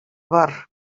бар